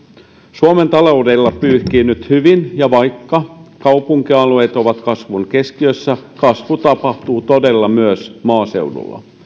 suomen taloudella pyyhkii nyt hyvin ja vaikka kaupunkialueet ovat kasvun keskiössä kasvu tapahtuu todella myös maaseudulla